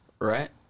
right